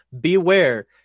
beware